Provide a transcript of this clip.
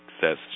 says